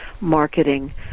marketing